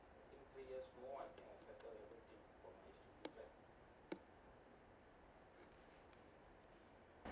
uh okay